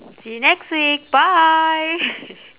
see you next week bye